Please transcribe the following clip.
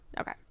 Okay